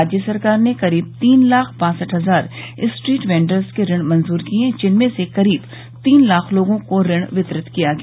राज्य सरकार ने करीब तीन लाख बासठ हजार स्ट्रीट वेंडर्स के ऋण मंजूर किये जिनमें से करीब तीन लाख लोगों को ऋण वितरित किया गया